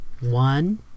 one